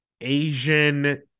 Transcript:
Asian